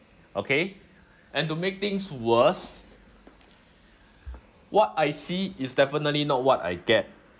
okay and to make things worse what I see is definitely not what I get